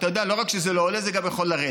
אתה יודע, לא רק שזה לא עולה, זה גם יכול לרדת.